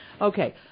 Okay